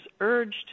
urged